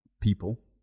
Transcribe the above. people